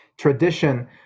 tradition